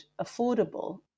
affordable